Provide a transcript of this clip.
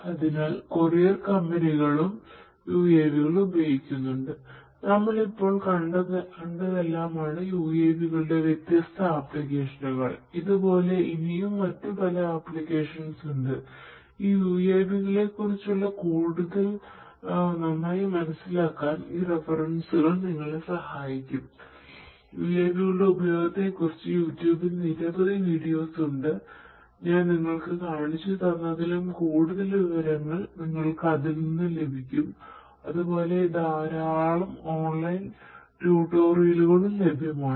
അതിനാൽ കൊറിയർ കമ്പനികളും ലഭ്യമാണ്